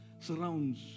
surrounds